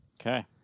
Okay